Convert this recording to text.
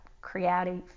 creative